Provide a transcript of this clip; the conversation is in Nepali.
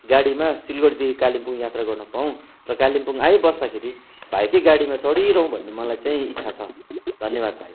गाडीमा सिलगढीदेखि कालेबुङ यात्रा गर्न पाउँ र कालेबुङ आइबस्दाखेरि भाइकै गाडीमा चडिरहुँ भन्ने मलाई चाहिँ इच्छा छ धन्यवाद भाइ